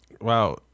Wow